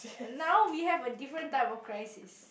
now we have a different type of crisis